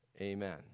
Amen